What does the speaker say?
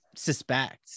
suspect